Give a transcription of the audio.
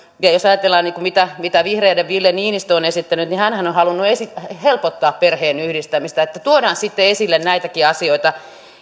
ja jos ajatellaan mitä mitä vihreiden ville niiinistö on esittänyt niin hänhän on halunnut helpottaa perheenyhdistämistä että tuodaan sitten esille näitäkin asioita